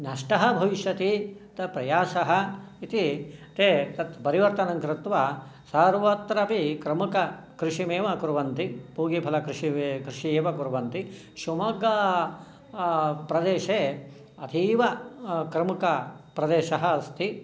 नष्टः भविष्यति त प्रयासः इति ते तत् परिवर्तनङ्कृत्वा सर्वत्र अपि क्रमुककृषिमेव कुर्वन्ति पूगीफलकृषिं कृषिम् एव कुर्वन्ति शिव्मोग्गा प्रदेशे अतीव क्रमुकाप्रदेशः अस्ति